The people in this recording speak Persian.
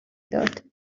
داد